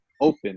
open